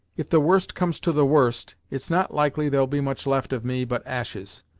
if the worst comes to the worst, it's not likely there'll be much left of me but ashes,